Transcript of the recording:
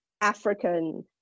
African